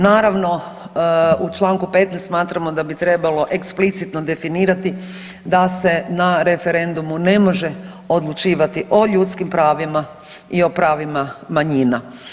Naravno u čl. 15. smatramo da bi trebalo eksplicitno definirati da se na referendumu ne može odlučivati o ljudskim pravima i o pravima manjima.